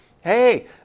hey